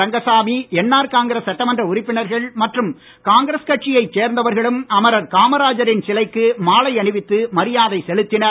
Rangasamy NR Congress சட்டமன்ற உறுப்பினர்கள் மற்றும் காங்கிரஸ் கட்சியை சேர்ந்தவர்களும் அமரர் காமராஜரின் சிலைக்கு மாலை அணிவித்து மரியாதை செலுத்தினர்